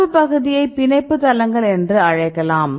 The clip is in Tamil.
தொடர்பு பகுதியை பிணைப்பு தளங்கள் என்று அழைக்கலாம்